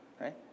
right